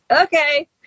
Okay